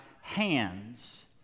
hands